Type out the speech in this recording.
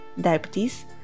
diabetes